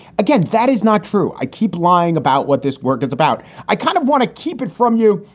again, that is not true. i keep lying about what this work is about. i kind of want to keep it from you,